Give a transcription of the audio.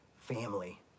family